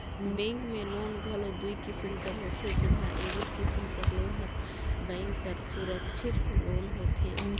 bank में loan घलो दुई किसिम कर होथे जेम्हां एगोट किसिम कर लोन हर बेंक बर सुरक्छित लोन होथे